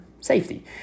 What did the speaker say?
safety